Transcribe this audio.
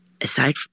aside